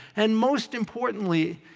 and most importantly,